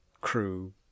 crew